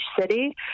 city